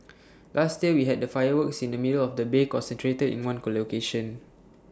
last year we had the fireworks in the middle of the bay concentrated in one location